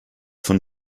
von